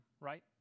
right